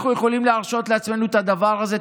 אנחנו יכולים להרשות לעצמנו את הדבר הזה,